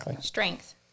strength